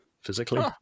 physically